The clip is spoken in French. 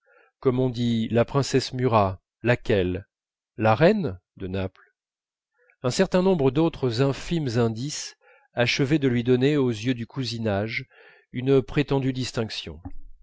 comme on dit la princesse murat laquelle la reine de naples un certain nombre d'autres infimes indices achevaient de lui donner aux yeux du cousinage une prétendue distinction